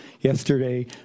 yesterday